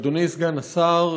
אדוני סגן השר,